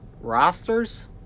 rosters